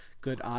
good